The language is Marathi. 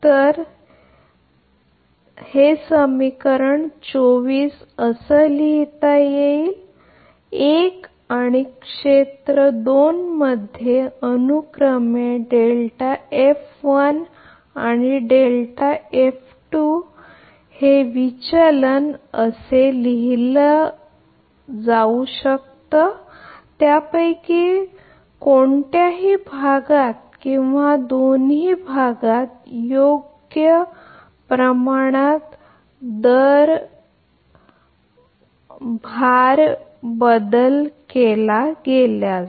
तर हे असे होईल की हे समीकरण 24 आहे जेथे एक आणि क्षेत्र २ मध्ये अनुक्रमे आणि विचलन आणि त्यापैकी कोणत्याही भागात किंवा दोन्ही भागात योग्य प्रमाणात भार बदलल्यास